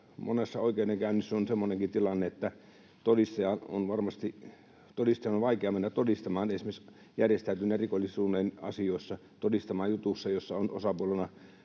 monessa oikeudenkäynnissä semmoinenkin tilanne, että todistajan on vaikea mennä todistamaan esimerkiksi järjestäytyneen rikollisuuden asioissa jutussa, jossa on tekijöinä